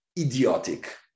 idiotic